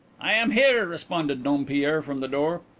i am here, responded dompierre from the door.